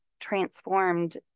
transformed